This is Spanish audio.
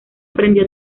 aprendió